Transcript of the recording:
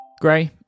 Gray